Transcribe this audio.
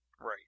Right